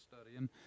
studying